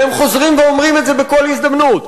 והם חוזרים ואומרים את זה בכל הזדמנות,